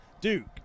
Duke